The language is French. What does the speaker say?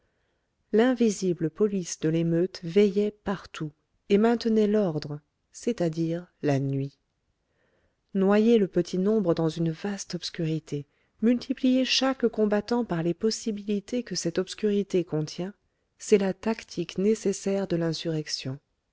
l'invisible police de l'émeute veillait partout et maintenait l'ordre c'est-à-dire la nuit noyer le petit nombre dans une vaste obscurité multiplier chaque combattant par les possibilités que cette obscurité contient c'est la tactique nécessaire de l'insurrection